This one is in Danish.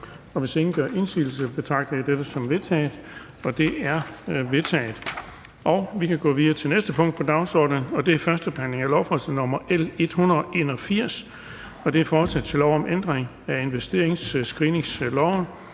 Hvis ingen gør indsigelse, betragter jeg dette som vedtaget. Det er vedtaget. --- Det næste punkt på dagsordenen er: 2) 1. behandling af lovforslag nr. L 181: Forslag til lov om ændring af investeringsscreeningsloven